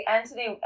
Anthony